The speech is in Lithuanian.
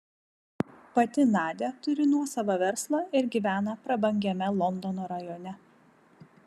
pati nadia turi nuosavą verslą ir gyvena prabangiame londono rajone